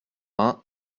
vingt